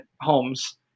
homes